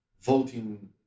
voting